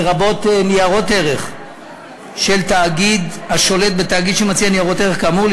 לרבות ניירות ערך של תאגיד השולט בתאגיד שמציע ניירות ערך כאמור.